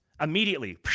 immediately